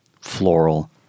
floral